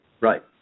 Right